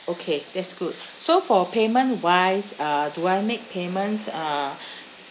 okay that's good so for payment wise uh do I make payment uh